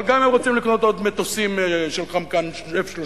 אבל גם הם רוצים לקנות עוד מטוסים של "חמקן "F-30.